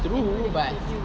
true but